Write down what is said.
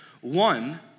One